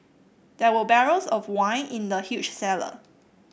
there were barrels of wine in the huge cellar